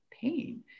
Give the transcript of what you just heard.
pain